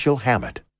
Hammett